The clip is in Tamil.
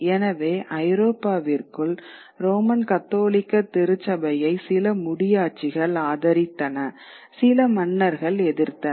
எனவே ஐரோப்பாவிற்குள் ரோமன் கத்தோலிக்க திருச்சபையை சில முடியாட்சிகள் ஆதரித்தன சில மன்னர்கள் எதிர்த்தனர்